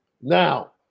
Now